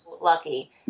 lucky